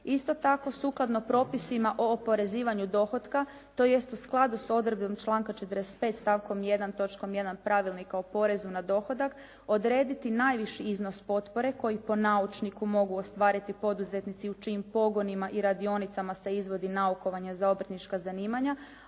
Isto tako, sukladno propisima o oporezivanju dohotka, tj. u skladu sa odredbom članka 45. stavkom 1. točkom 1. Pravilnika o porezu na dohodak odrediti najviši iznos potpore koji po naučniku mogu ostvariti poduzetnici u čijim pogonima i radionicama se izvodi naukovanje za obrtnička zanimanja,